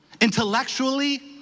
intellectually